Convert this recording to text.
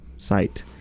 Site